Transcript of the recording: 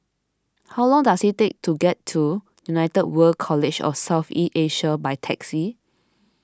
how long does it take to get to United World College of South East Asia by taxi